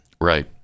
Right